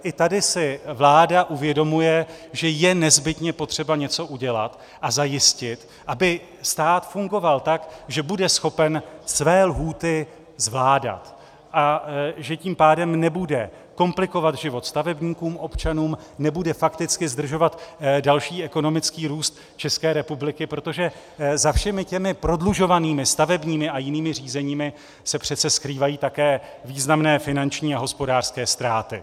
I tady si vláda uvědomuje, že je nezbytně potřeba něco udělat a zajistit, aby stát fungoval tak, že bude schopen své lhůty zvládat a že tím pádem nebude komplikovat život stavebníkůmobčanům, nebude fakticky zdržovat další ekonomický růst České republiky, protože za všemi těmi prodlužovanými staveními a jinými řízeními se přece skrývají také významné finanční a hospodářské ztráty.